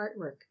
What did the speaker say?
artwork